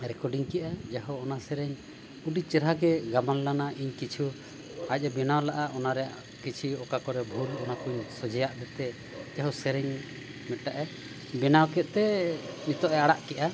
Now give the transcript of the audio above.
ᱨᱮᱠᱚᱨᱰᱤᱧ ᱠᱮᱜᱼᱟ ᱡᱟᱦᱳ ᱚᱱᱟ ᱥᱮᱨᱮᱧ ᱟᱹᱰᱤ ᱪᱮᱨᱦᱟ ᱜᱮ ᱜᱟᱵᱟᱱ ᱞᱮᱱᱟ ᱤᱧ ᱠᱤᱪᱷᱩ ᱟᱡ ᱮ ᱵᱮᱱᱟᱣ ᱞᱟᱜᱟ ᱚᱱᱟ ᱨᱮ ᱠᱤᱪᱷᱩ ᱚᱠᱟ ᱠᱚᱨᱮᱜ ᱵᱷᱩᱞ ᱚᱱᱟ ᱠᱚᱨᱮᱜ ᱥᱚᱡᱷᱮ ᱟᱫᱮᱛᱮ ᱡᱟᱦᱳ ᱥᱮᱨᱮᱧ ᱢᱤᱫᱴᱟᱝ ᱮ ᱵᱮᱱᱟᱣ ᱠᱮᱫᱛᱮ ᱱᱤᱛᱚᱜ ᱮ ᱟᱲᱟᱜ ᱠᱮᱜᱼᱟ